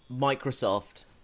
Microsoft